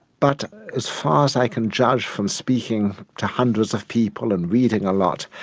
but as far as i can judge from speaking to hundreds of people and reading a lot,